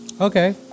Okay